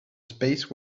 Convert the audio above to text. space